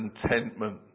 contentment